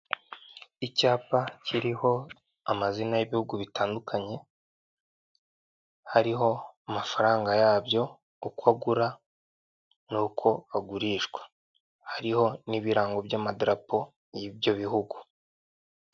Icyapa kiriho amazina y'ibihugu bitandukanye, hariho amafaranga yabyo uko agura n'uko agurishwa. Hariho n'ibirango by'amadarapo y'ibyo bihugu.